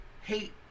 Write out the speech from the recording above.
Hate